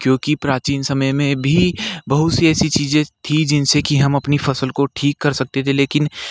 क्योंकि प्राचीन समय में भी बहुत सी ऐसी चीज़ें थी जिनसे कि हम अपनी फसल को ठीक कर सकते थे लेकिन